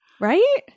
Right